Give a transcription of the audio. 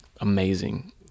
amazing